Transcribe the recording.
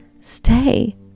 stay